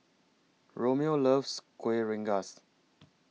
Romeo loves Kuih Rengas